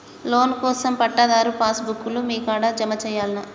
Loan కోసం పట్టాదారు passbook లు మీ కాడా జమ చేయల్నా?